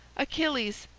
achilles,